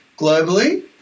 globally